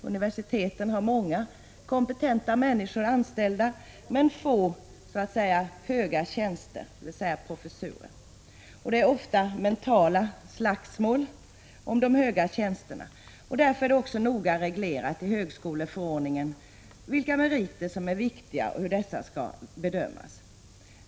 Universiteten har många kompetenta människor anställda men få så att säga ES ALE er i z å Vissa tillsättningshöga tjänster, dvs. professurer. Det är ofta mentala slagsmål om de höga ärerdön tjänsterna. Därför är det också noga reglerat i högskoleförordningen vilka meriter som är viktiga och hur dessa skall bedömas.